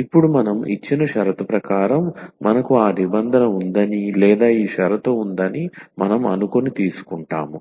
ఇప్పుడు మనం ఇచ్చిన షరతు ప్రకారం మనకు ఈ నిబంధన ఉందని లేదా ఈ షరతు ఉందని మనం అనుకుని తీసుకుంటాము